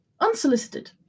unsolicited